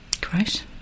Great